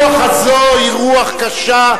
הרוח הזאת היא רוח קשה,